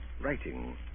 writing